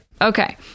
Okay